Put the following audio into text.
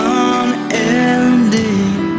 unending